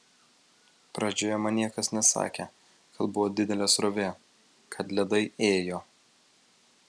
pradžioje man niekas nesakė kad buvo didelė srovė kad ledai ėjo